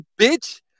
bitch